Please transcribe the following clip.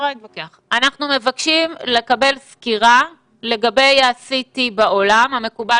אנחנו מבקשים לקבל סקירה לגבי ה-CT המקובל